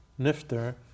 Nifter